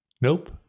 Nope